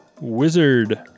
wizard